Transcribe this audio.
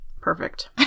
Perfect